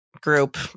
group